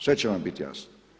Sve će vam biti jasno.